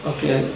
Okay